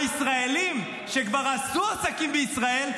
הישראלים שכבר עשו עסקים בישראל,